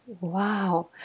Wow